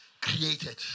created